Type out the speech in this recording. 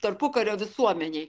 tarpukario visuomenėj